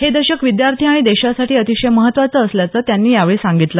हे दशक विद्यार्थी आणि देशासाठी अतिशय महत्त्वाचं असल्याचं त्यांनी यावेळी सांगितलं